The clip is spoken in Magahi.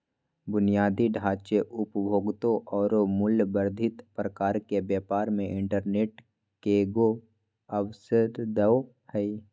बुनियादी ढांचे, उपभोक्ता औरो मूल्य वर्धित प्रकार के व्यापार मे इंटरनेट केगों अवसरदो हइ